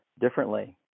differently